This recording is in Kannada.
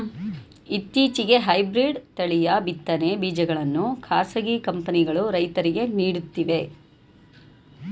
ಇತ್ತೀಚೆಗೆ ಹೈಬ್ರಿಡ್ ತಳಿಯ ಬಿತ್ತನೆ ಬೀಜಗಳನ್ನು ಖಾಸಗಿ ಕಂಪನಿಗಳು ರೈತರಿಗೆ ನೀಡುತ್ತಿವೆ